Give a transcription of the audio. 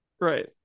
right